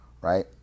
Right